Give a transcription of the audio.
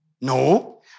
no